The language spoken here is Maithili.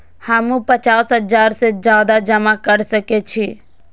हमू पचास हजार से ज्यादा जमा कर सके छी?